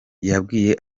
yababwiye